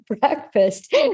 breakfast